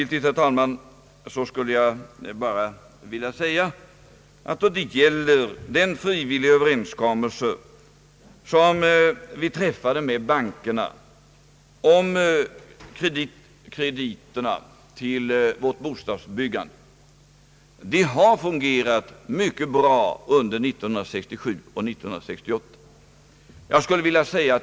Slutligen, herr talman, skulle jag bara vilja säga att den frivilliga överenskommelse som vi träffat med bankerna om krediterna till vårt bostadsbyggande har fungerat mycket bra under 1967 och 1968.